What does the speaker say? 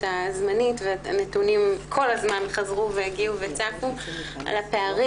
הזמנית והנתונים כל הזמן חזרו והגיעו וצפו על הפערים